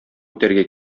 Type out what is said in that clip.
үтәргә